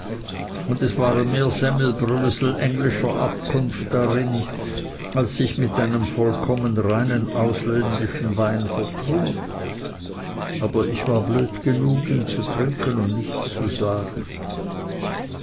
und es waren mehr semmelbrösel englischer abkunft darin als sich mit einem vollkommen reinen ausländischen wein vertrug aber ich war blöd genug ihn zu trinken und nichts zu sagen